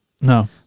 No